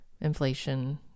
inflation